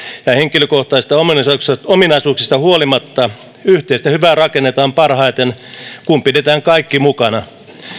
ja henkilökohtaisista ominaisuuksista ominaisuuksista huolimatta yhteistä hyvää rakennetaan parhaiten kun pidetään kaikki mukana